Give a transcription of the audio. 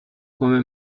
come